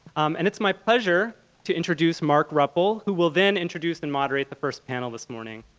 and it's my pleasure to introduce marc ruppel who will then introduce and moderate the first panel this morning.